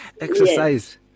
exercise